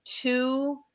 two